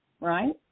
right